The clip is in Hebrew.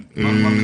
מ.ב.: